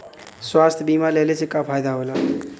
स्वास्थ्य बीमा लेहले से का फायदा होला?